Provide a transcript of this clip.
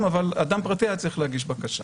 אבל אדם פרטי היה צריך להגיש בקשה.